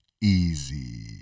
easy